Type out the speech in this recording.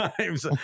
times